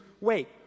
wait